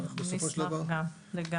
בסופו של דבר --- נשמח גם לזה.